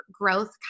growth